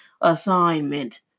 assignment